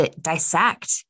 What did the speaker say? dissect